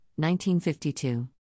1952